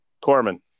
Corman